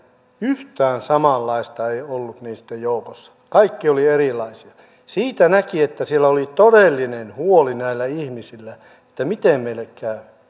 yhtään samanlaista ei ollut niitten joukossa kaikki olivat erilaisia siitä näki että siellä oli todellinen huoli näillä ihmisillä että miten meille käy ne